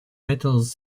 metals